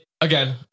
Again